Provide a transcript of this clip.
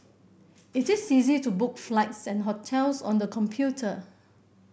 it is easy to book flights and hotels on the computer